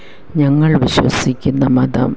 ഞങ്ങൾ വിശ്വസിക്കുന്ന മതം